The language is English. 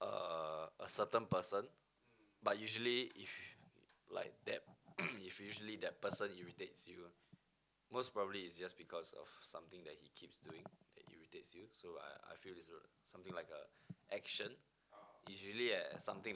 a a certain person but usually if like that if usually that person irritates you most probably it's just because of something that he keeps doing that irritates you so I I feel it's something like a action usually at something that